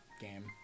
game